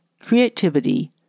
Creativity